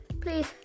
please